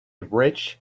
rich